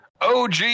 OG